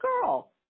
girl